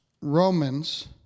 Romans